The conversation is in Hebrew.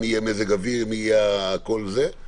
מה יהיה מזג האוויר וכל זה,